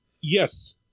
Yes